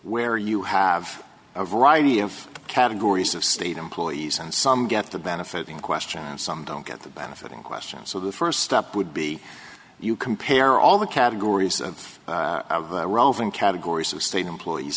where you have a variety of categories of state employees and some get the benefit in question and some don't get the benefit in question so the first step would be you compare all the categories of relevant categories of state employees